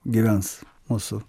gyvens mūsų